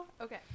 okay